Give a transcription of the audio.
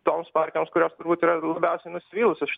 toms partijoms kurios turbūt yra labiausiai nusivylusios